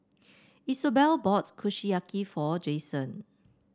Isobel bought Kushiyaki for Jason